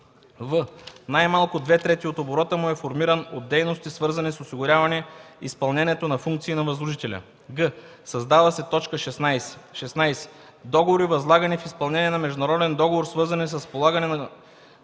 в) най-малко две трети от оборота му е формиран от дейности, свързани с осигуряване изпълнението на функции на възложителя;”; г) създава се т. 16 „16. договори, възлагани в изпълнение на международен договор, свързан с разполагане на